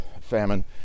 famine